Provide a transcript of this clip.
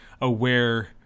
aware